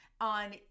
on